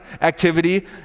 activity